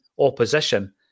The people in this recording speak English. opposition